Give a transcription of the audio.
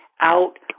out